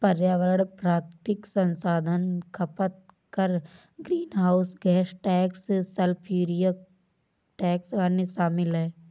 पर्यावरण प्राकृतिक संसाधन खपत कर, greenhouse gas tax, sulphuric tax, अन्य शामिल हैं